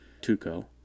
Tuco